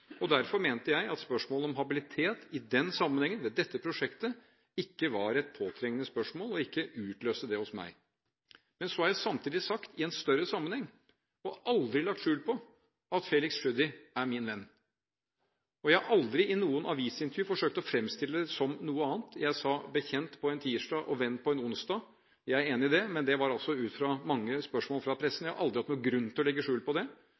Derfor mente jeg at spørsmålet om habilitet i denne sammenhengen, dette prosjektet, ikke var et påtrengende spørsmål, og utløste ikke det hos meg. Så har jeg samtidig sagt i en større sammenheng – og aldri lagt skjul på – at Felix Tschudi er min venn. Jeg har aldri i noe avisintervju forsøkt å fremstille det som noe annet. Jeg sa «bekjent» på en tirsdag og «venn» på en onsdag – jeg er enig i det, men det var altså ut fra mange spørsmål fra pressen. Jeg har aldri hatt noen grunn til å legge skjul på det,